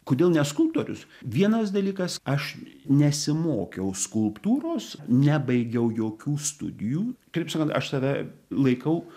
kodėl ne skulptorius vienas dalykas aš nesimokiau skulptūros nebaigiau jokių studijų kaip sakant aš save laikau